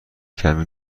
کمی